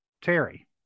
Terry